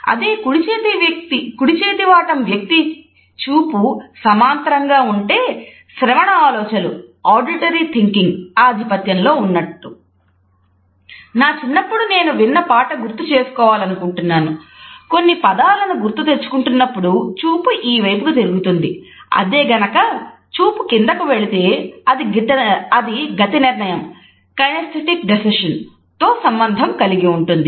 అదే కుడిచేతివాటం వ్యక్తి చూపు సమాంతరంగా ఉంటే శ్రవణ ఆలోచనలు తో సంబంధం కలిగి ఉంటుంది